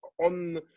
on